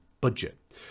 budget